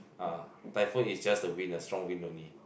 ah typhoon is just the wind the strong wind only